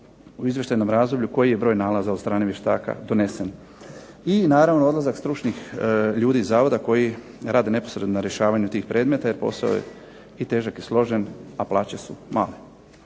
u izvještajnom razdoblju koji je broj nalaza od strane vještaka donesen. I naravno odlazak stručnih ljudi iz Zavoda koji rade neposredno na rješavanju tih predmeta, jer posao je i težak i složen, a plaće su male.